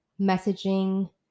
messaging